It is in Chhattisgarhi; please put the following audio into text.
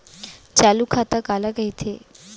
चालू खाता काला कहिथे?